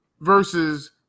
versus